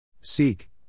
Seek